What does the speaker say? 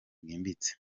bwimbitse